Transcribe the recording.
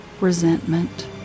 resentment